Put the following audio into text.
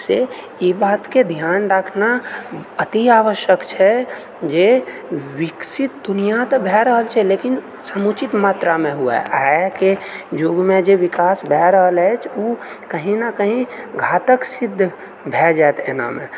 से ई बातके ध्यान रखनाइ अतिआवश्यक छै से विकसित दुनिआँ तऽ भए रहल छै लेकिन समुचित मात्रामे हुए आइके दुनिआँमे जे विकास भए रहल अछि ओ कही ने कही घातक सिद्ध भए जाएत एनामे